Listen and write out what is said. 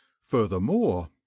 furthermore